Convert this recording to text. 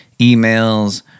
emails